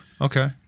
okay